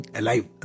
alive